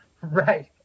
right